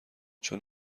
چون